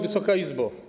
Wysoka Izbo!